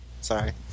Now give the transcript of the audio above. sorry